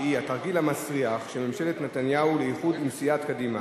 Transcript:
שהיא: "התרגיל המסריח" של ממשלת נתניהו לאיחוד עם סיעת קדימה,